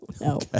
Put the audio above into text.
No